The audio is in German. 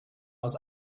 aus